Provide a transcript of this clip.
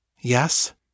Yes